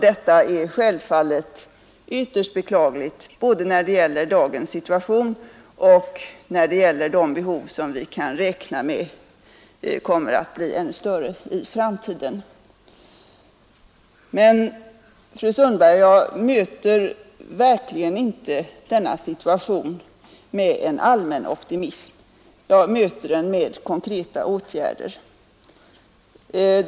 Detta är självfallet ytterst beklagligt både när det gäller dagens situation och när det gäller de behov som vi kan räkna med kommer att bli ännu större i framtiden. Men, fru Sundberg, jag möter verkligen inte denna situation med en allmän optimism, jag möter den med konkreta åtgärder.